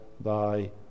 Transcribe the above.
thy